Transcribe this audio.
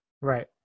Right